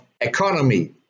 Economy